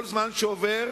כל זמן שעובר,